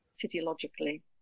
physiologically